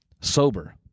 sober